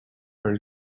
are